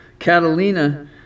Catalina